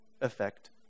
effect